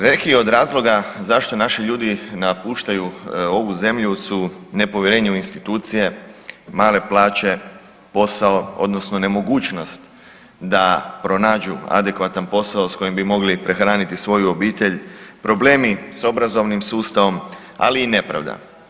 Neki od razloga zašto naši ljudi napuštaju ovu zemlju su nepovjerenje u institucije, male plaće, posao odnosno nemogućnost da pronađu adekvatan posao s kojim bi mogli prehraniti svoju obitelj, problemi s obrazovnim sustavom, ali i nepravda.